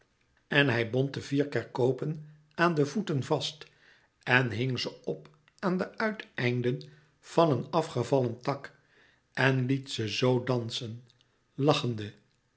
en hij bond de vier kerkopen aan de voeten vast en hing ze op aan de uiteinden van een afgevallen tak en liet ze zoo dansen lachende